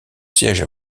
siège